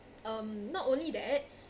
um not only that